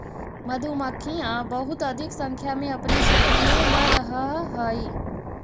मधुमक्खियां बहुत अधिक संख्या में अपने क्षेत्र में न रहअ हई